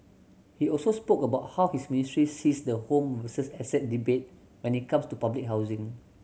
he also spoke about how his ministry sees the home versus asset debate when it comes to public housing